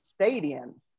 Stadium